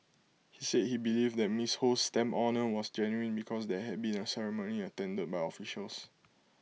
he said he believed that Ms Ho's stamp honour was genuine because there had been A ceremony attended by officials